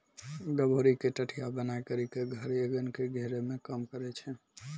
गभोरी के टटया बनाय करी के धर एगन के घेरै मे काम करै छै